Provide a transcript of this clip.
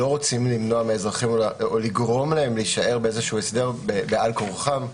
אנו לא רוצים לגרום להם להישאר בהסדר בעל כורחם.